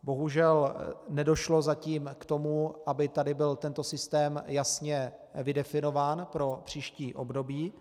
Bohužel nedošlo zatím k tomu, aby tady byl tento systém jasně definován pro příští období.